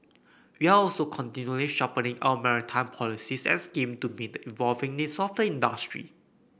we are also continually sharpening our maritime policies and scheme to meet the evolving needs of the industry